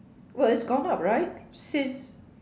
well it's gone up right since